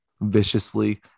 viciously